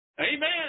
Amen